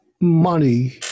money